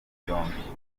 byombi